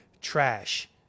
trash